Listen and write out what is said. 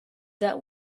that